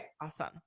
awesome